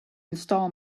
install